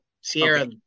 Sierra